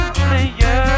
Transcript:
player